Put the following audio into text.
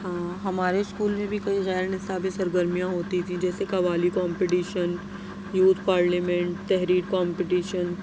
ہاں ہمارے اسکول میں بھی کئی غیر نصابی سرگرمیاں ہوتی تھیں جیسے قوالی کومپٹیشن یوتھ پارلیمینٹ تحریر کومپٹیشن